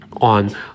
on